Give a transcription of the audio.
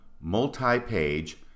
multi-page